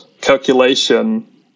calculation